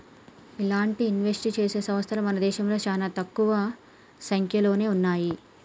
ఇలాంటి ఇన్వెస్ట్ చేసే సంస్తలు మన దేశంలో చానా తక్కువ సంక్యలోనే ఉన్నయ్యి